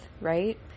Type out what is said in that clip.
Right